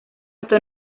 esto